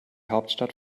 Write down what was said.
hauptstadt